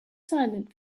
silent